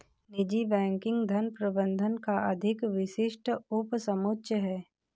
निजी बैंकिंग धन प्रबंधन का अधिक विशिष्ट उपसमुच्चय है